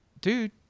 dude